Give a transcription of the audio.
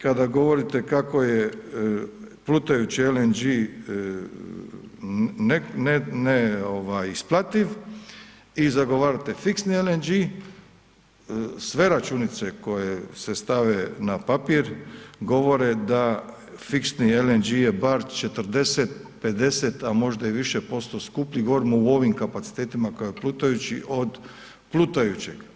Kada govorite kako je plutajući LNG neisplativ i zagovarate fiksni LNG, sve računice koje se stave na papir, govore da fiksni LNG je bar 40, 50 a možda i više posto skuplji, govorimo u ovim kapacitetima kao i plutajući, od plutajućeg.